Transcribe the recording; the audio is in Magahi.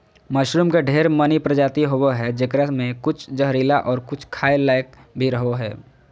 मशरूम के ढेर मनी प्रजाति होवो हय जेकरा मे कुछ जहरीला और कुछ खाय लायक भी रहो हय